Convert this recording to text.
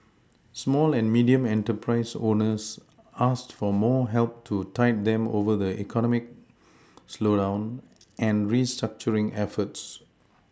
small and medium enterprise owners asked for more help to tide them over the economic slowdown and restructuring efforts